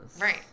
Right